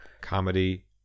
comedy